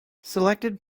selected